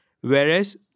whereas